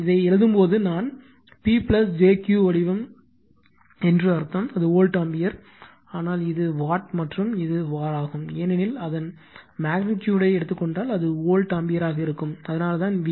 இதை எழுதும்போது நான் P jQ வடிவம் என்று அர்த்தம் அது வோல்ட் ஆம்பியர் ஆனால் இது வாட் மற்றும் இது வர் ஆகும் ஏனெனில் அதன் மெக்னிட்யூடு எடுத்துக் கொண்டால் அது வோல்ட் ஆம்பியராக இருக்கும் அதனால்தான் வி